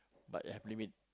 but ya have limit